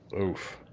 Oof